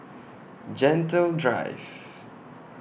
Gentle Drive